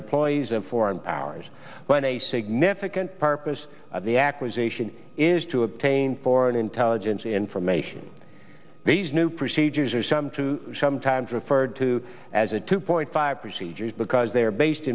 employees of foreign powers when a significant purpose of the accusation is to obtain foreign intelligence information these new procedures are some truth sometimes referred to as a two point five procedures because they are based